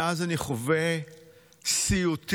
מאז אני חווה סיוטים,